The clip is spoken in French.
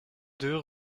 deux